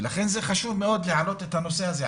ולכן, זה חשוב מאוד להעלות את הנושא הזה.